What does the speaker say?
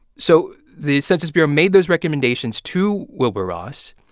so the census bureau made those recommendations to wilbur ross.